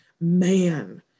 man